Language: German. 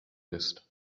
ist